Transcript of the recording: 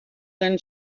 than